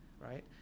right